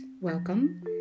Welcome